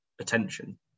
attention